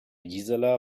gisela